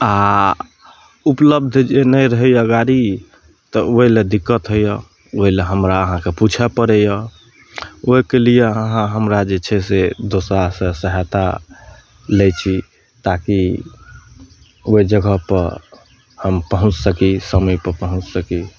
आ उपलब्ध जे नहि रहैया गाड़ी तऽ ओहिलए दिक्कत होइया ओहिलए हमरा अहाँके पूछए पड़ैया ओहिके लिये हमरा अहाँ जे छै से दोसरा सऽ सहायता लै छी ताकि ओहि जगहपर हम पहुँच सकी समयपर पहुँच सकी